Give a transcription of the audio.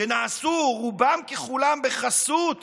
שנעשו רובם ככולם בחסות